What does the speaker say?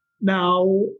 Now